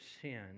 sin